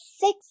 six